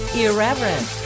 irreverent